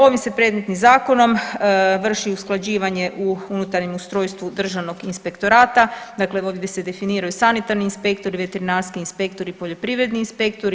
Ovim se predmetnim zakonom vrši usklađivanje u unutarnjem ustrojstvu Državnog inspektorata, dakle ovdje se definiraju sanitarni inspektori, veterinarski inspektori, poljoprivredni inspektori.